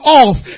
off